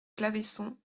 claveyson